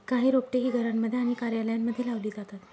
काही रोपटे ही घरांमध्ये आणि कार्यालयांमध्ये लावली जातात